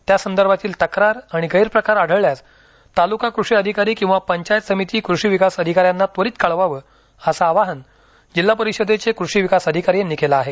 त्या संदर्भातील तक्रार गैरप्रकार आढळल्यास तालुका कृषी अधिकारी किंवा पंचायत समिती कृषी विकास अधिकाऱ्यांना त्वरित कळवावे असे आवाहन जिल्हा परिषदेचे कृषी विकास अधिकारी यांनी केलं आहे